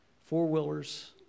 four-wheelers